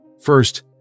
First